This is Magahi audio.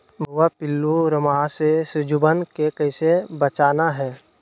भुवा पिल्लु, रोमहवा से सिजुवन के कैसे बचाना है?